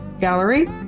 Gallery